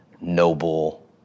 noble